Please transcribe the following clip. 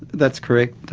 that's correct,